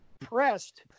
pressed